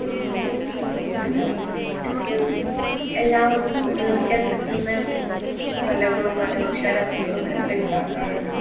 അല്ല നമുക്ക് എല്ലാവർക്കും ഉപയോഗിക്കാൻ പറ്റുന്ന ഒരു കലകളും കരകൗശാല വസ്തുക്കളൊക്കെ നമ്മൾ ഉണ്ടാക്കാറുണ്ട്